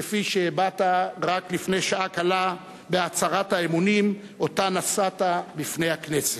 כפי שהבעת רק לפני שעה קלה בהצהרת האמונים שנשאת בפני הכנסת.